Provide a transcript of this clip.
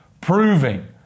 proving